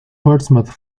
portsmouth